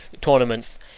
tournaments